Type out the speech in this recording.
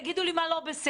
תגידו לי מה לא בסדר,